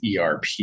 ERP